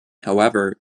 however